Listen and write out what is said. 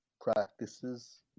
practices